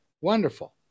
wonderful